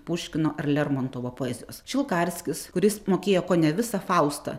puškino ar lermontovo poezijos šilkarskis kuris mokėjo kone visą faustą